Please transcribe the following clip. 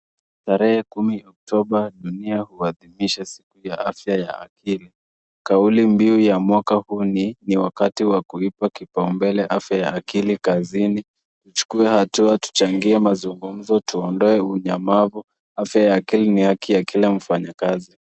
Tarehe kumi Oktoba dunia uhathimisha siku ya afya ya akili. Kauli mbiu ya mwaka huu ni wakati wa kuia kipau mbele afya ya akili kazini, tuchukue hatua tuchangie mazungumzo tuondoe nyamavu afya ya akili ni haki ya kila mfanyikazi.